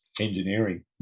Engineering